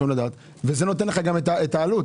זה נותן גם את העלות.